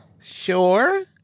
Sure